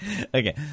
Okay